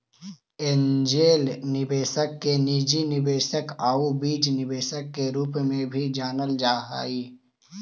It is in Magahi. एंजेल निवेशक के निजी निवेशक आउ बीज निवेशक के रूप में भी जानल जा हइ